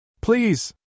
Please